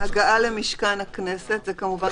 13:32) "(7) הגעה למשכן הכנסת," זה כמובן